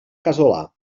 casolà